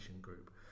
Group